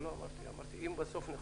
אמרתי "אם בסוף נחוקק".